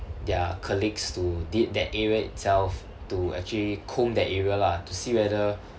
their colleagues to did that area itself to actually comb that area lah to see whether